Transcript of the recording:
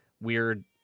weird